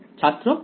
ছাত্র 1